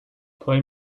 play